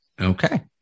Okay